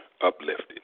uplifted